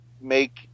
make